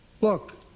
Look